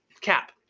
Cap